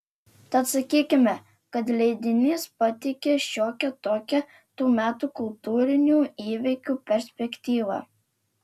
tad sakykime kad leidinys pateikė šiokią tokią tų metų kultūrinių įvykių perspektyvą